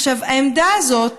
העמדה הזאת